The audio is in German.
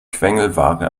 quengelware